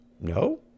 No